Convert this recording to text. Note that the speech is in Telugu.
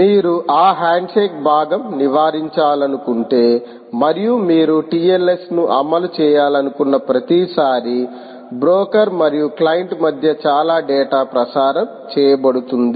మీరు ఆ హ్యాండ్షేక్ భాగం నివారించాలనుకుంటే మరియు మీరు TLS ను అమలు చేయాలనుకున్న ప్రతిసారీ బ్రోకర్ మరియు క్లయింట్ మధ్య చాలా డేటా ప్రసారం చేయబడుతుంది